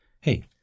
hey